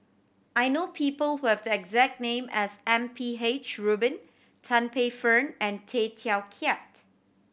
I know people who have the exact name as M P H Rubin Tan Paey Fern and Tay Teow Kiat